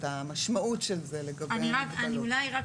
משרד הבריאות,